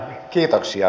kiitoksia